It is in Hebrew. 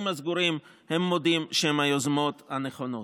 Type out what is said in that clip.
הסגורים הם מודים שהן היוזמות הנכונות.